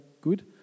good